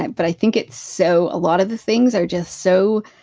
but i think it's so. a lot of the things are just so,